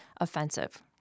offensive